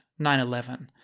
9-11